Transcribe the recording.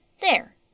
There